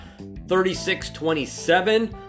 36-27